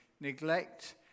neglect